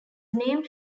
named